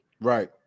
Right